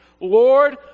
Lord